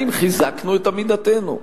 האם חיזקנו את עמידתנו?